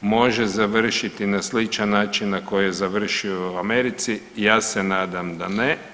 može završiti na sličan način na koji je završio u Americi ja se nadam da ne.